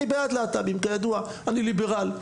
אני בעד להט"בים כידוע אני ליברל,